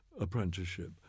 apprenticeship